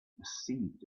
perceived